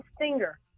singer